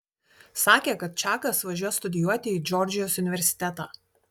sakė kad čakas važiuos studijuoti į džordžijos universitetą